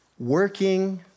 Working